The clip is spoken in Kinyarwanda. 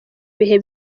bihe